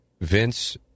Vince